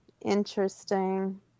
Interesting